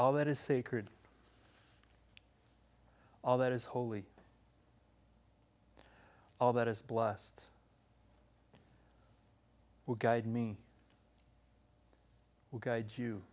all that is sacred all that is holy all that is blessed will guide me will guide you